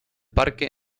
parque